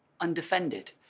undefended